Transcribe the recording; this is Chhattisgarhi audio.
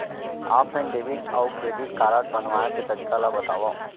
ऑफलाइन डेबिट अऊ क्रेडिट कारड बनवाए के तरीका ल बतावव?